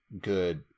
good